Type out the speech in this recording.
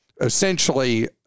essentially